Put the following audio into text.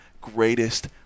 greatest